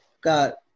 Got